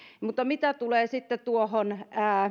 mutta mitä tulee sitten tuohon